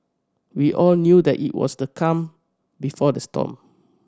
we all knew that it was the calm before the storm